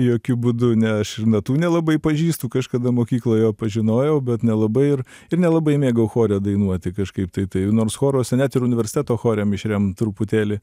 jokiu būdu ne aš ir natų nelabai pažįstu kažkada mokykloj jau pažinojau bet nelabai ir ir nelabai mėgau chore dainuoti kažkaip tai taip nors choruose net ir universiteto chore mišriam truputėlį